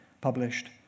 published